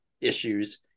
issues